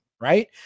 Right